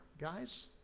guys